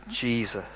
Jesus